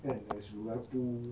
kan ada sudu garfu